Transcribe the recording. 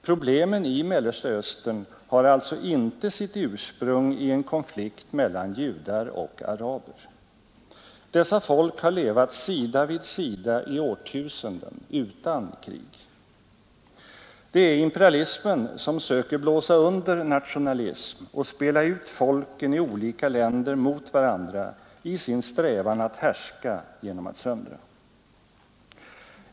Problemen i Mellersta Östern har alltså inte sitt ursprung i en konflikt mellan judar och araber. Dessa folk har levat sida vid sida i årtusenden utan krig. Det är imperialismen som söker blåsa under nationalism och spela ut folken i olika länder mot varandra i sin strävan att härska genom att söndra.